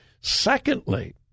Secondly